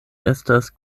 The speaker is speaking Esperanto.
estas